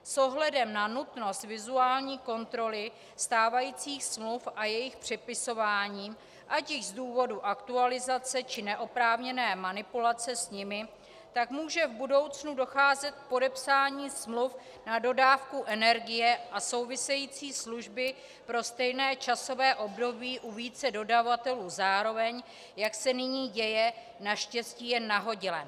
S ohledem na nutnost vizuální kontroly stávajících smluv a jejich přepisování ať již z důvodu aktualizace, či neoprávněné manipulace s nimi tak může v budoucnu docházet k podepsání smluv na dodávku energie a související služby pro stejné časové období u více dodavatelů zároveň, jak se nyní děje, naštěstí jen nahodile.